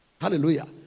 hallelujah